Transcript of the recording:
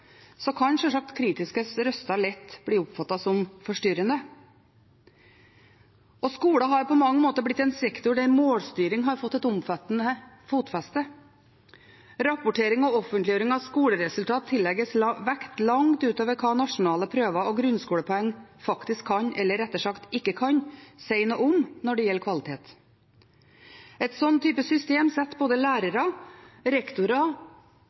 kan sjølsagt kritiske røster lett bli oppfattet som forstyrrende. Skolen har på mange måter blitt en sektor der målstyring har fått et omfattende fotfeste. Rapportering og offentliggjøring av skoleresultater tillegges vekt langt utover hva nasjonale prøver og grunnskolepoeng faktisk kan – eller rettere sagt ikke kan – si noe om når det gjelder kvalitet. Et slikt system setter både lærere, rektorer